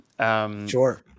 Sure